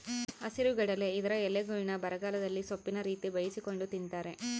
ಹಸಿರುಗಡಲೆ ಇದರ ಎಲೆಗಳ್ನ್ನು ಬರಗಾಲದಲ್ಲಿ ಸೊಪ್ಪಿನ ರೀತಿ ಬೇಯಿಸಿಕೊಂಡು ತಿಂತಾರೆ